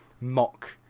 mock